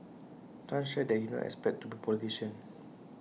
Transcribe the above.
chan shared that he did not expect to be A politician